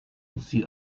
sie